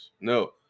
No